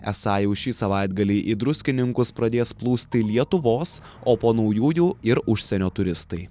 esą jau šį savaitgalį į druskininkus pradės plūsti lietuvos o po naujųjų ir užsienio turistai